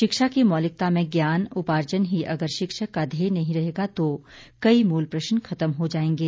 शिक्षा की मौलिकता में ज्ञान उपार्जन ही अगर शिक्षक का धेयय नहीं रहेगा तो कई मूल प्रश्न खत्म हो जाएंगे